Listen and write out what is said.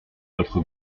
votre